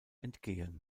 entgehen